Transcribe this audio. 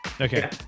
Okay